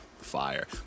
Fire